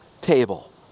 table